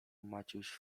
maciuś